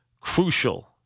crucial